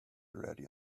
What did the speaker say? ready